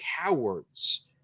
cowards